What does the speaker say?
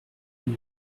huit